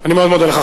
אני מאוד מודה לך.